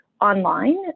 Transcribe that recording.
online